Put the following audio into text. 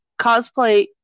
cosplay